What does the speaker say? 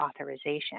authorization